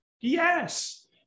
yes